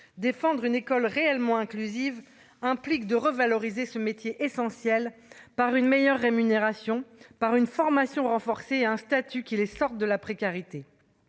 défendre une école réellement inclusive implique de revaloriser ce métier essentiel par une meilleure rémunération par une formation renforcée, un statut qui les sortent de la précarité,